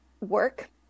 work